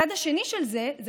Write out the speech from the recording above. הצד השני של זה הוא